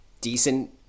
decent